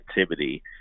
activity